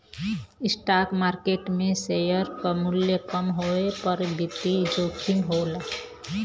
stock market में share क मूल्य कम होये पर वित्तीय जोखिम होला